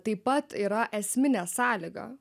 taip pat yra esminė sąlyga